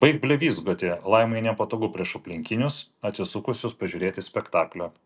baik blevyzgoti laimai nepatogu prieš aplinkinius atsisukusius pažiūrėti spektaklio